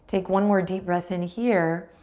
take one more deep breath in here.